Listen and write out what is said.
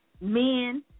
Men